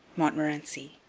montmorency.